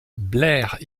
blair